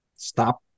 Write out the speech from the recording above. stop